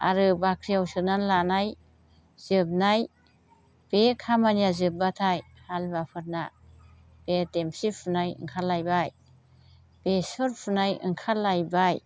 आरो बाख्रियाव सोनानै लानाय जोबनाय बे खामानिया जोबबाथाय हालुवाफोरना बे देमसि फुनाय ओंखारलायबाय बेसर फुनाय ओंखारलायबाय